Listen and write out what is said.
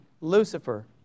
Lucifer